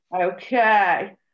Okay